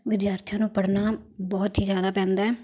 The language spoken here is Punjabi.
ਵਿਦਿਆਰਥੀਆਂ ਨੂੰ ਪੜ੍ਹਨਾ ਬਹੁਤ ਹੀ ਜ਼ਿਆਦਾ ਪੈਂਦਾ ਹੈ